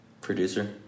Producer